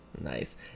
Nice